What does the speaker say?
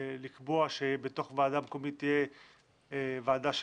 לקבוע שבתוך ועדה מקומית תהיה ועדה של